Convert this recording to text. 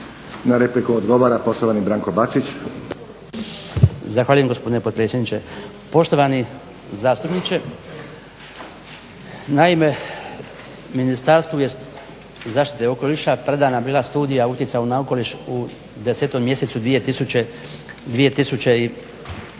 Na repliku odgovara poštovani Branko Bačić. **Bačić, Branko (HDZ)** Zahvaljujem gospodine potpredsjedniče. Poštovani zastupniče, naime Ministarstvu zaštite okoliša je predana bila Studija utjecaja na okoliš u 10.mjesecu